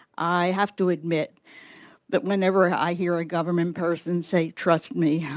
i have to admit that whenever i hear a government person say, trust me,